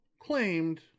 claimed